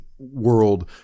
World